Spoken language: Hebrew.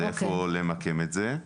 זה איפה למקם את זה.